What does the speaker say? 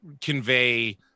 convey